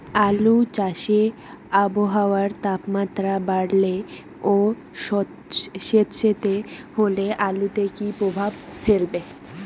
আলু চাষে আবহাওয়ার তাপমাত্রা বাড়লে ও সেতসেতে হলে আলুতে কী প্রভাব ফেলবে?